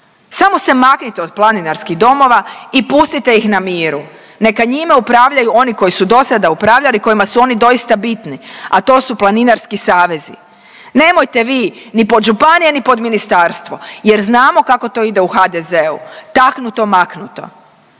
Samo se maknite od planinarskih domova i pustite ih na miru. Neka njime upravljaju oni koji su do sada upravljali, kojima su oni doista bitni, a to su planinarski savezi. Nemojte vi ni pod županije ni pod ministarstvo jer znamo kako to ide u HDZ-u. Taknuto-maknuto.